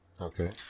Okay